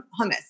hummus